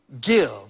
give